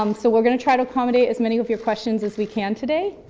um so we're going to try to accommodate as many of your questions as we can today.